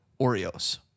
Oreos